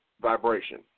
vibration